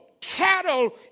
cattle